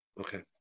Okay